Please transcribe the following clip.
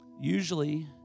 Usually